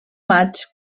maig